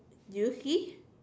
do you see